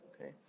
okay